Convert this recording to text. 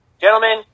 gentlemen